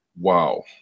Wow